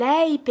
Lei